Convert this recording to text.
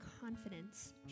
confidence